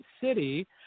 City